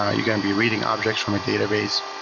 ah you're going to be reading objects from a database.